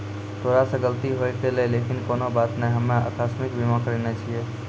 तोरा से गलती होय गेलै लेकिन कोनो बात नै हम्मे अकास्मिक बीमा करैने छिये